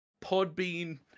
Podbean